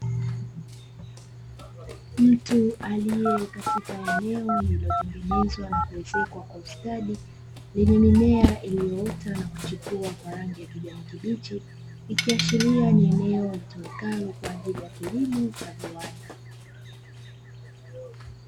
Mtu aliye katika eneo lililotengenezwa na kuezekwa kwa ustadi; lenye mimea iliyoota na kuchipua kwa rangi ya kijani kibichi, ikiashiria ni eneo litumikalo kwa ajili ya kilimo cha viwanda.